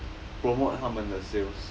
promote 他们的 sales